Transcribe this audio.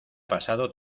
pasado